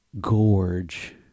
gorge